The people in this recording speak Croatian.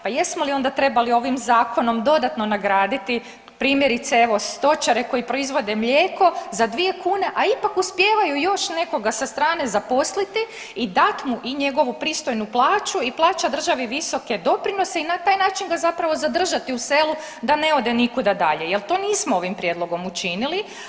Pa jesmo li onda trebali ovim zakonom dodatno nagraditi primjerice evo stočare koji proizvode mlijeko za dvije kune, a ipak uspijevaju još nekoga sa strane zaposliti i dat mu njegovu pristojnu plaću i plaća državi visoke doprinose i na taj način ga zapravo zadržati u selu da ne ode nikuda dalje, jer to nismo ovim prijedlogom učinili.